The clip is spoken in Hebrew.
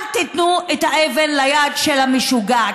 אל תיתנו את האבן ליד של המשוגע,